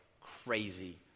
crazy